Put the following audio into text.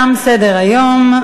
תם סדר-היום.